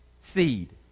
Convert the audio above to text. seed